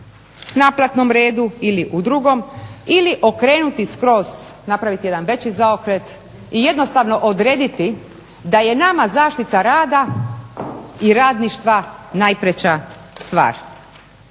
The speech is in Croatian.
naplatnom redu ili u drugom ili okrenuti skroz, napraviti jedan veći zaokret i jednostavno odrediti da je nama zaštita rada i radništva najpreča stvar,